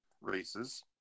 Races